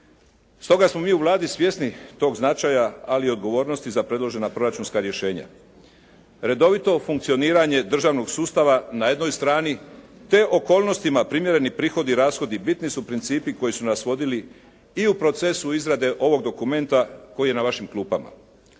Stoga smo mi u Vladi svjesni tog značaja ali i odgovornosti za predložena proračunska rješenja. Redovito funkcioniranje državnog sustava na jednoj strani te okolnostima primjereni prihodi i rashodi bitni su principi koji su nas vodili i u procesu izrade ovog dokumenta koji je na vašim klupama.